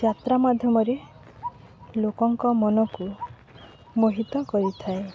ଯାତ୍ରା ମାଧ୍ୟମରେ ଲୋକଙ୍କ ମନକୁ ମୋହିତ କରିଥାଏ